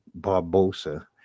Barbosa